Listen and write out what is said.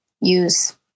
use